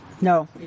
No